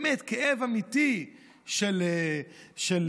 באמת כאב אמיתי של אנשים,